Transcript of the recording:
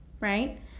Right